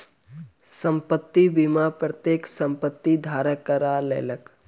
संपत्ति बीमा प्रत्येक संपत्ति धारक करा लेलक